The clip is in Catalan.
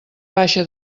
baixa